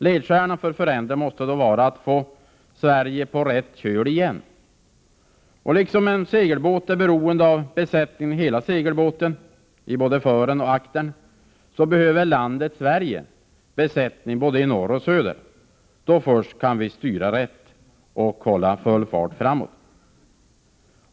Ledstjärnan för förändringar måste då vara att få ”Sverige på rätt köl igen”. Liksom en segelbåt är beroende av besättningen i hela båten, i både fören och aktern, behöver landet Sverige besättning både i norr och i söder. Först då kan vi styra rätt och hålla full fart framåt.